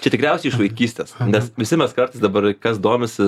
čia tikriausiai iš vaikystės nes visi mes kartais dabar kas domisi